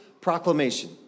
Proclamation